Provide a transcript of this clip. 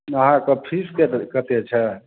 अहाँके फीस कतेक कतेक छै